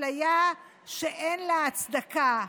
אפליה שאין לה הצדקה.